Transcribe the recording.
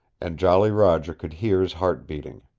and jolly roger could hear his heart beating.